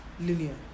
linear